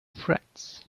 friends